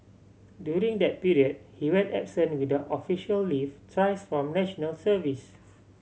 during that period he went absent without official leave thrice from National Service